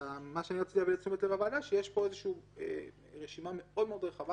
רציתי להביא לתשומת לב הוועדה שיש פה איזושהי רשימה מאוד מאוד רחבה